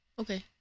Okay